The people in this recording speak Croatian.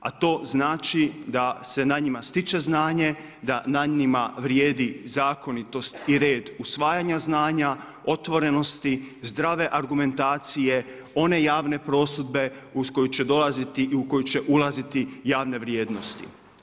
A to znači, da se na njima stiče znanje, da na njima vrijedi zakonitost i red usvajanja znanja, otvorenosti, zdrave argumentacije, one javne prosudbe uz koju će dolaziti i u koje će ulaziti javne vrijednosti.